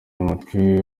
umutwe